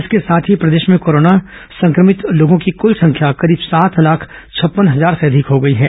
इसके साथ ही प्रदेश में कोरोना संक्रमित लोगों की कल संख्या करीब सात लाख छप्पन हजार से अधिक हो गई है